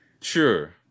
Sure